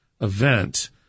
event